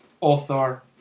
author